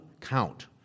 count